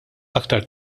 aktar